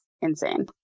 insane